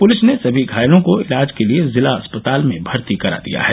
police ने सभी घायलों को इलाज के लिये जिला अस्पताल में भर्ती करा दिया है